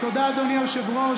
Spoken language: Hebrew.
תודה, אדוני היושב-ראש.